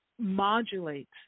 modulates